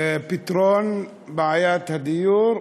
פתרון בעיית הדיור,